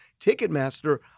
Ticketmaster